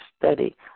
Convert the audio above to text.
study